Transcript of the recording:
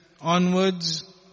onwards